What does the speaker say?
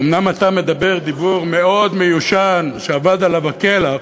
אומנם אתה מדבר דיבור מאוד מיושן, שאבד עליו כלח,